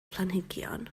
planhigion